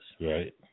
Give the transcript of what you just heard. right